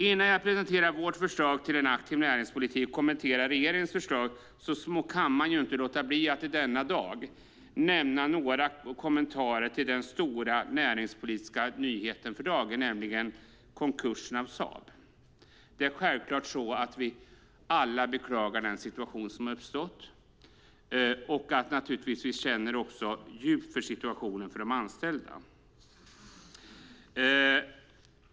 Innan jag presenterar vårt förslag till en aktiv näringspolitik och kommenterar regeringens förslag kan jag inte låta bli att denna dag lämna några kommentarer till den näringspolitiska nyheten för dagen, nämligen Saabs konkurs. Självklart beklagar vi alla den situation som uppstått. Naturligtvis känner vi också djupt för situationen för de anställda.